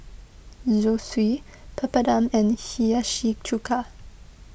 Zosui Papadum and Hiyashi Chuka